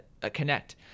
connect